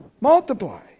Multiply